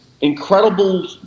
incredible